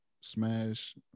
smash